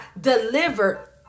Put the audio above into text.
delivered